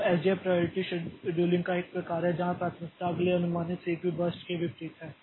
तो SJF priority scheduling का एक प्रकार है जहां प्राथमिकता अगले अनुमानित सीपीयू बर्स्ट के विपरीत है